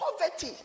poverty